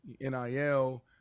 NIL